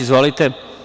Izvolite.